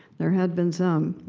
there have been some.